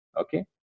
Okay